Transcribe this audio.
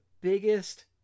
biggest